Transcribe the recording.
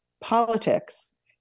politics